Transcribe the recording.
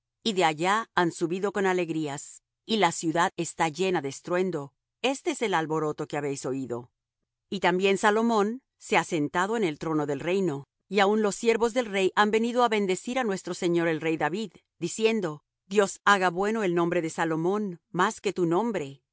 y de allá han subido con alegrías y la ciudad está llena de estruendo este es el alboroto que habéis oído y también salomón se ha sentado en el trono del reino y aun los siervos del rey han venido á bendecir á nuestro señor el rey david diciendo dios haga bueno el nombre de salomón más que tu nombre